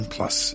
Plus